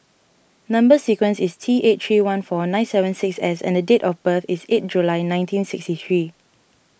Number Sequence is T eight three one four nine seven six S and date of birth is eighth July nineteen sixty three